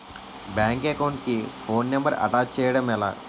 Bank account కి phone number attach చేయడం ఎలా?